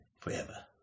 forever